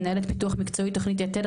מנהלת פיתוח מקצועי תוכנית יתד,